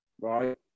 right